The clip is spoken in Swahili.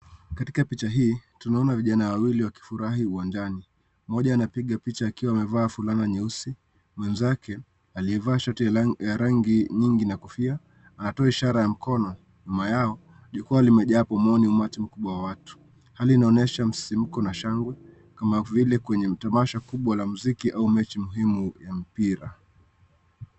Katika picha hii tunaona vijana wawili wakifurahi uwanjani. Mmoja anapiga picha akiwa amevaa fulana nyeusi. Mwenzake aliyevaa shati ya rangi nyingi na kofia anatoa ishara ya mkono. Nyuma yao, jukwaa limejaa pomoni umati mkubwa wa watu. Hali inaonyesha msisimko na shangwe, kama vile kwenye mtamasha mkubwa la muziki au mechi muhimu ya mpira.